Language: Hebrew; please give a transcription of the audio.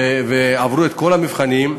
ועברו את כל המבחנים,